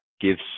gives